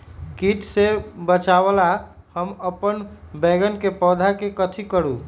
किट से बचावला हम अपन बैंगन के पौधा के कथी करू?